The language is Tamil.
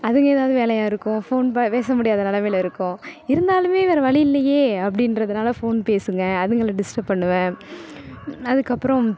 அதுங்கள் ஏதாவது வேலையாக இருக்கும் ஃபோன் பே பேச முடியாத நிலமையில இருக்கும் இருந்தாலுமே வேறு வழியில்லையே அப்படின்றதனால ஃபோன் பேசுங்கள் அதுங்களை டிஸ்டர்ப் பண்ணுவேன் அதுக்கப்புறம்